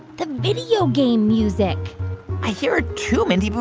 the video game music i hear it, too, mindy. but